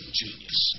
genius